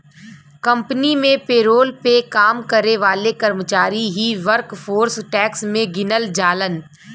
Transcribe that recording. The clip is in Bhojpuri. कंपनी में पेरोल पे काम करे वाले कर्मचारी ही वर्कफोर्स टैक्स में गिनल जालन